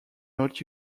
not